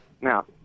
now